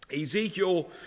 Ezekiel